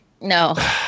No